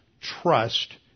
trust